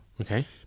Okay